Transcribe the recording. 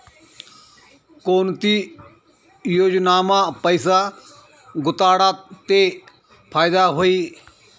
कोणती योजनामा पैसा गुताडात ते फायदा व्हई?